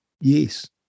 yes